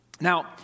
Now